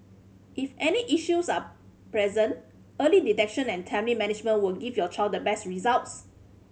if any issues are present early detection and timely management will give your child the best results